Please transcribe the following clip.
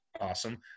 awesome